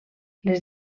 les